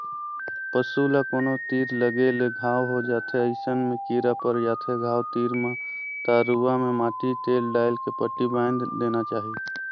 पसू ल कोनो तीर लगे ले घांव हो जाथे अइसन में कीरा पर जाथे घाव तीर म त रुआ में माटी तेल डायल के पट्टी बायन्ध देना चाही